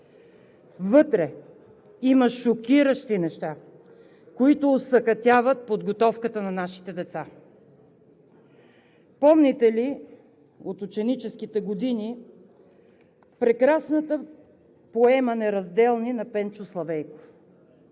Вътре има шокиращи неща, които осакатяват подготовката на нашите деца. Помните ли от ученическите години прекрасната поема „Неразделни“ на Пенчо Славейков?